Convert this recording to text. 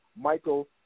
Michael